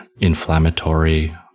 inflammatory